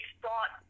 thought